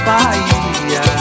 Bahia